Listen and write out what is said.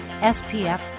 SPF